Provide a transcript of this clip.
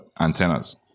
antennas